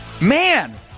Man